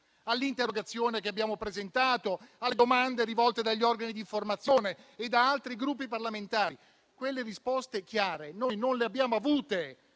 all'interrogazione che abbiamo presentato, alle domande rivolte dagli organi di informazione e da altri Gruppi parlamentari. Quelle risposte chiare noi non le abbiamo avute